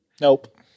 Nope